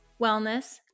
wellness